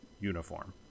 uniform